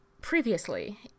previously